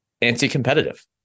anti-competitive